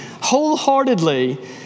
wholeheartedly